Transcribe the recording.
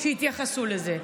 שהתייחסו לזה.